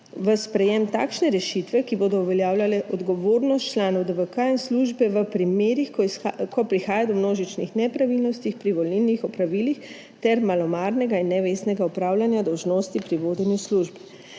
v sprejem takšne rešitve, ki bodo uveljavljale odgovornost članov DVK in službe v primerih, ko prihaja do množičnih nepravilnosti pri volilnih opravilih ter malomarnega in nevestnega opravljanja dolžnosti pri vodenju služb.